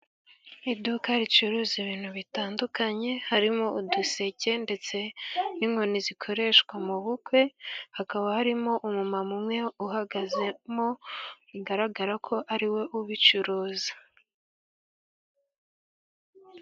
Iduka ricuruza ibintu bitandukanye; harimo uduseke, ndetse n'inkoni zikoreshwa mu bukwe, hakaba harimo umumama umwe uhagazemo, bigaragara ko ariwe ubicuruza.